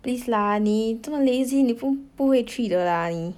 please lah 你这么 lazy 你不不会去的 lah 你